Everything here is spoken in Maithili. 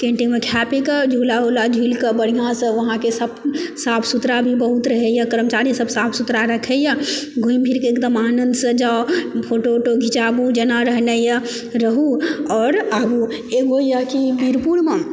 केन्टीनमे खाए पी कऽ झूला उला झुलि कऽ बढ़िआसँ अहाँकेँ सब किछु साफ सुथड़ा भी बहुत रहैए करमचारी सब साफ सुथड़ा रखैए घुमि फिर कऽ एकदम आनन्दसंँ जाउ फोटो उटो घिचाबू जेना रहनाइ यऽ रहू आओर आबू